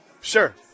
Sure